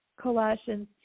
Colossians